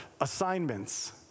assignments